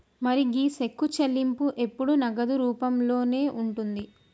మరి గీ సెక్కు చెల్లింపు ఎప్పుడు నగదు రూపంలోనే ఉంటుంది